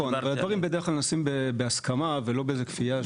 נכון אבל הדברים נעשים בהסכמה ולא בכפייה.